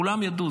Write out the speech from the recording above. כולם ידעו.